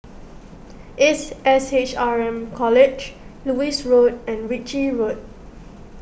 Ace S H R M College Lewis Road and Ritchie Road